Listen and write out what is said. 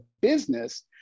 business